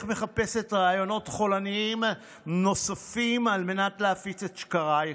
מחפשת רעיונות חולניים נוספים על מנת להפיץ את שקרייך,